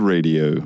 Radio